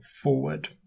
forward